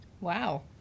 Wow